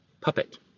Puppet